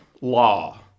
law